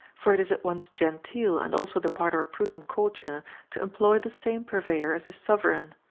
for it is at once genteel and also the part of a prudent courtier to employ the same purveyor as his sovereign.